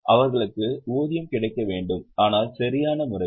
அவர்களுக்கு ஊதியம் கிடைக்க வேண்டும் ஆனால் சரியான முறையில்